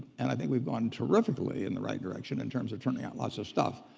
and i think we've gone terrifically in the right direction in terms of turning out lots of stuff.